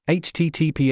https